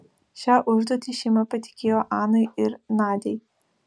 šią užduotį šeima patikėjo anai ir nadiai